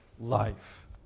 life